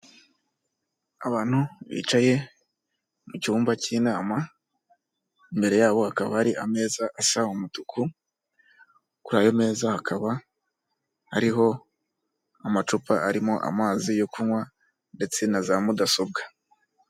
Abantu bicaye mu cyumba cy'inama, mbere yabo hakaba hari ameza asa umutuku, kuri ayo meza hakaba hariho amacupa arimo amazi yo kunywa ndetse na za mudasobwa.